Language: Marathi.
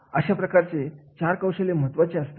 अशा प्रकारचे चार कौशल्य महत्त्वाचे असतात